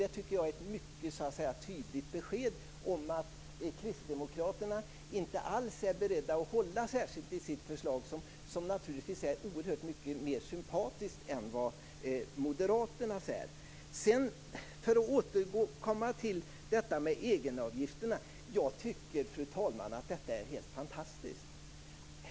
Jag tycker att det är ett mycket tydligt besked om att kristdemokraterna inte alls är beredda att hålla fast särskilt väl vid sitt förslag, som naturligtvis är oerhört mycket mer sympatiskt än det moderata. För att återkomma till egenavgifterna vill jag, fru talman, säga att det är helt fantastiskt.